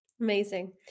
Amazing